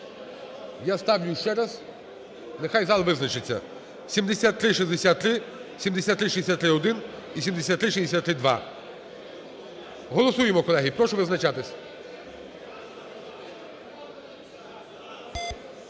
Я ставлю ще раз, нехай зал визначиться: 7363, 7363-1 і 7363-2. Голосуємо, колеги. Прошу визначатися.